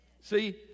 see